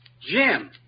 Jim